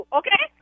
okay